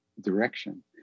direction